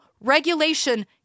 regulation